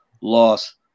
loss